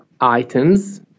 items